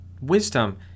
wisdom